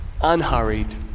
unhurried